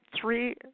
three